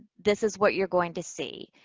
this is what you're going to see,